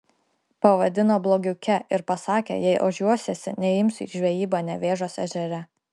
pavadino blogiuke ir pasakė jei ožiuosiesi neimsiu į žvejybą nevėžos ežere